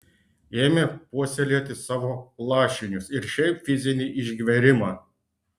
ėmė puoselėti savo lašinius ir šiaip fizinį išgverimą